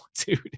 dude